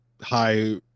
high